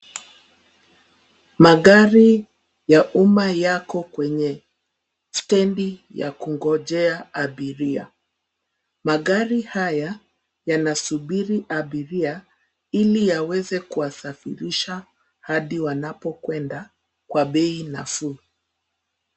Magari ya umma yako kwenye stegi ya kungojea abiria. Magari haya yanasubiri abiria ili yaweze kuwasafirisha hadi wanapokwenda kwa bei nafuu.